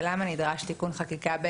ולמה נדרש תיקון חקיקה.